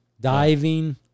diving